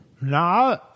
No